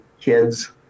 kids